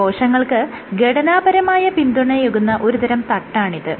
കോശങ്ങൾക്ക് ഘടനാപരമായ പിന്തുണയേകുന്ന ഒരുതരം തട്ടാണിത്